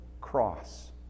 cross